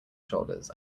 shoulders